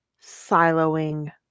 siloing